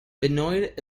benoit